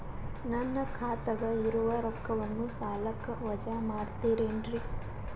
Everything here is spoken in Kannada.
ನನ್ನ ಖಾತಗ ಇರುವ ರೊಕ್ಕವನ್ನು ಸಾಲಕ್ಕ ವಜಾ ಮಾಡ್ತಿರೆನ್ರಿ?